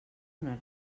donar